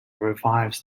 revives